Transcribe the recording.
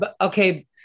okay